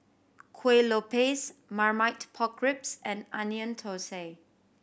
Kuih Lopes Marmite Pork Ribs and Onion Thosai